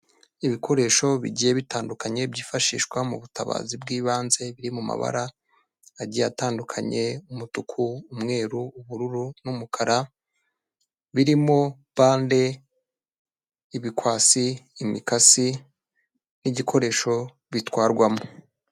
Ibikoresho bigiye bitandukanye byifashishwa mu butabazi bw'ibanze, biri mu mabara agiye atandukanye, umutuku, umweru, ubururu n'umukara, birimo bande, ibikwasi, imikasi n'igikoresho bitwarwamo.